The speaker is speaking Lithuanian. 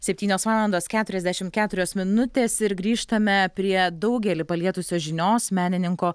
septynios valandos keturiasdešim keturios minutės ir grįžtame prie daugelį palietusios žinios menininko